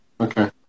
okay